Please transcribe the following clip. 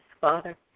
Father